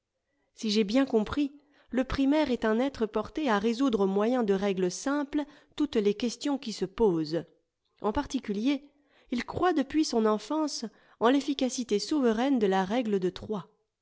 si j'ai bien compris le primaire est un être porté à résoudre au moyen de règles simples toutes les questions qui se posent en particulier il croit depuis son enfance en l'efficacité souveraine de la règle de trois